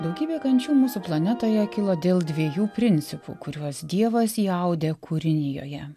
daugybė kančių mūsų planetoje kilo dėl dviejų principų kuriuos dievas įaudė kūrinijoje